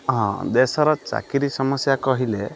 ହଁ ଦେଶର ଚାକିରି ସମସ୍ୟା କହିଲେ